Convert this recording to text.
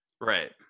Right